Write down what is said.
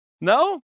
no